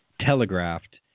telegraphed